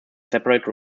separate